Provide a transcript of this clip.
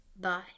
Bye